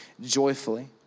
joyfully